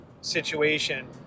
situation